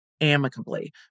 amicably